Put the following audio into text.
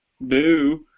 Boo